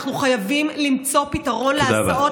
אנחנו חייבים למצוא פתרון להסעות